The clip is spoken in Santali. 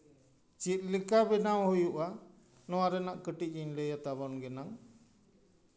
ᱪᱮᱫ ᱞᱮᱠᱟ ᱵᱮᱱᱟᱣ ᱦᱩᱭᱩᱜᱼᱟ ᱱᱚᱣᱟ ᱨᱮᱱᱟᱜ ᱠᱟᱹᱴᱤᱡ ᱤᱧ ᱞᱟᱹᱭ ᱟᱛᱟ ᱵᱚᱱ ᱜᱮᱱᱟᱝ